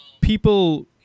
people